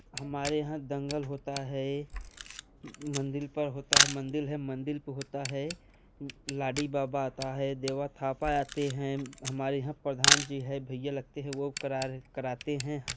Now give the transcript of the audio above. हमारे यहाँ दंगल होता है मंदिर पर होता है मंदिर है मंदिर पर होता है लाडी बाबा आते हैं देवा थापा आते हैं हमारे यहाँ प्रधान जी हैं भैया लगते हैं वह करा करते हैं